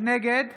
נגד